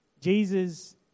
Jesus